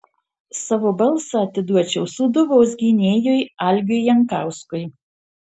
savo balsą atiduočiau sūduvos gynėjui algiui jankauskui